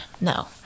No